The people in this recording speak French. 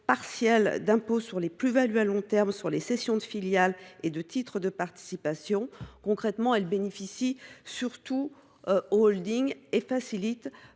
partielle d’impôt sur les plus values à long terme sur la cession de filiales et de titres de participation. Concrètement, elle bénéficie surtout aux holdings, facilitant